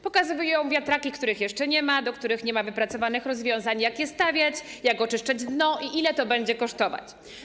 Pokazują wiatraki, których jeszcze nie ma, co do których nie ma wypracowanych rozwiązań, jak je stawiać, jak oczyszczać dno i ile to będzie kosztować.